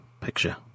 picture